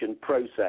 process